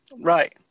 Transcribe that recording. Right